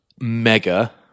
mega